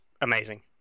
amazing